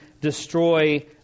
destroy